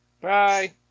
Bye